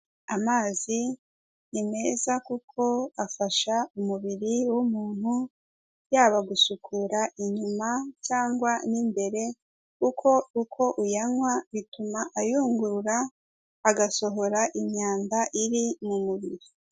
Amazi ni meza kuko afasha umubiri w'umuntu yaba gusukura inyuma cyangwa n'imbere kuko uko uyanywa bituma ayungurura, agasohora imyanda iri mu mubiri.